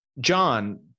John